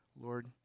Lord